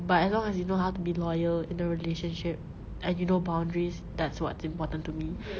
but as long as you know how to be loyal in a relationship and you know boundaries that's what's important to me